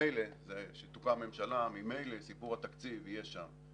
כשתוקם ממשלה ממילא סיפור התקציב יהיה שם.